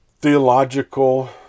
theological